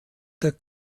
der